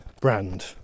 brand